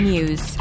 News